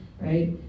Right